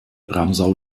ramsau